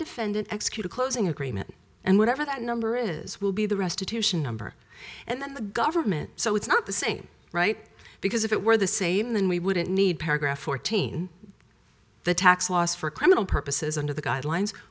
defendant execute a closing agreement and whatever that number is will be the restitution number and then the government so it's not the same right because if it were the same then we wouldn't need paragraph fourteen the tax laws for criminal purposes under the guidelines